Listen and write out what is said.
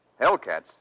Hellcats